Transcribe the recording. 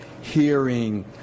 hearing